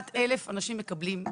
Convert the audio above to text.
מרים וולדיגר: 31,000 אנשים צורכים.